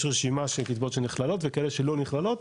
רשימה של קצבאות שנכללות וכאלה שלא נכללות